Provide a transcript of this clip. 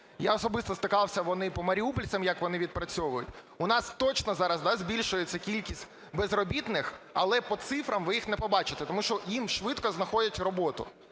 я особисто стикався по маріупольцям як вони відпрацьовують. У нас точно зараз збільшується кількість безробітних, але по цифрам ви їх не побачите, тому що їм швидко знаходять роботу.